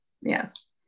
Yes